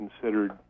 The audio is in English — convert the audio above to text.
considered